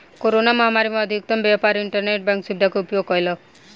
corona महामारी में अधिकतम व्यापार इंटरनेट बैंक सुविधा के उपयोग कयलक